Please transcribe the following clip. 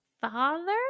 father